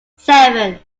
seven